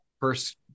first